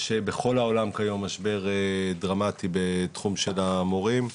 יש בכל העולם כיום משבר דרמטי בתחום של המורים.